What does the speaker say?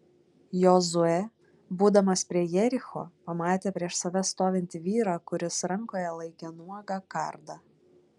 jozuė būdamas prie jericho pamatė prieš save stovintį vyrą kuris rankoje laikė nuogą kardą